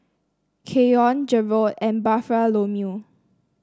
Keion Jarrod and Bartholomew